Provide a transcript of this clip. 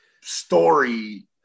story